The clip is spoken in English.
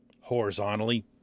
horizontally